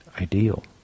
ideal